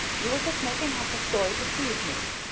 you are just making up a story to tease me.